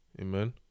amen